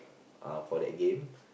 uh for that game